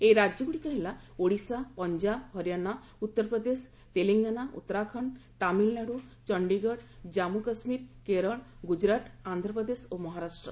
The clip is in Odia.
ଏହି ରାଜ୍ୟଗୁଡ଼ିକ ହେଲା ଓଡ଼ିଶା ପଞ୍ଜାବ ହରିୟାଣା ଉତ୍ତର ପ୍ରଦେଶ ତେଲଙ୍ଗାନା ଉତ୍ତରାଖଣ୍ଡ ତାମିଲ୍ନାଡୁ ଚଣ୍ଡୀଗଡ଼ କଜ୍ମୁ କାଶ୍କୀର କେରଳ ଗୁଜୁରାଟ ଆନ୍ଧ୍ରପ୍ରଦେଶ ଓ ମହାରାଷ୍ଟ୍ର